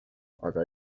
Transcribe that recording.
aga